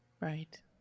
Right